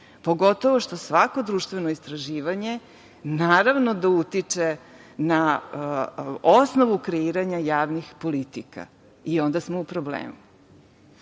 pogotovo što svako društveno istraživanje naravno da utiče na osnovu kreiranja javnih podataka i onda smo u problemu. Sa